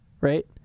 Right